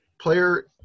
player